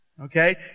Okay